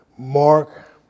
Mark